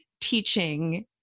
teaching